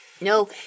no